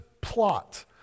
plot